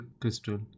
Crystal